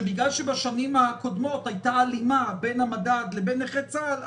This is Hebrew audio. שבגלל שבשנים הקודמות הייתה הלימה בין המדד לבין נכי צה"ל,